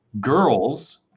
Girls